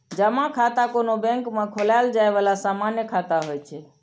जमा खाता कोनो बैंक मे खोलाएल जाए बला सामान्य खाता होइ छै